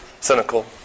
cynical